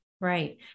Right